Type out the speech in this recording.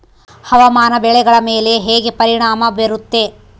ಹವಾಮಾನ ಬೆಳೆಗಳ ಮೇಲೆ ಹೇಗೆ ಪರಿಣಾಮ ಬೇರುತ್ತೆ?